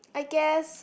guess